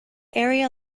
area